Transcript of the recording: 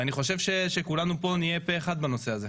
ואני חושב שכולנו פה נהיה פה אחד בנושא הזה.